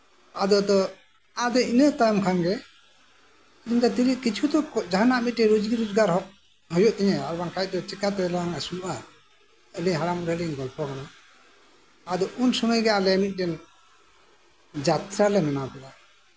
ᱟᱫᱚ ᱟᱫᱚ ᱤᱱᱟᱹ ᱛᱟᱭᱚᱢ ᱠᱷᱟᱱᱜᱮ ᱚᱱᱠᱟ ᱛᱮᱜᱮ ᱠᱤᱪᱷᱩ ᱛᱚ ᱨᱩᱡᱤ ᱨᱳᱡᱜᱟᱨ ᱦᱩᱭᱩᱜ ᱛᱤᱧᱟ ᱟᱨ ᱵᱟᱝᱠᱷᱟᱱ ᱪᱤᱠᱟᱛᱮ ᱞᱟᱡ ᱟᱹᱥᱩᱞᱚᱜᱼᱟ ᱟᱹᱞᱤᱧ ᱦᱟᱲᱟᱢ ᱵᱩᱲᱦᱤ ᱞᱤᱧ ᱜᱚᱞᱯᱷᱚ ᱠᱟᱱᱟ ᱟᱫᱚ ᱩᱱᱥᱚᱢᱚᱭ ᱜᱮ ᱟᱞᱮ ᱢ ᱤᱫᱴᱟᱱ ᱡᱟᱛᱨᱟ ᱞᱮ ᱵᱮᱱᱟᱣ ᱠᱮᱫᱟ